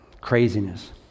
craziness